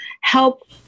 help